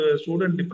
student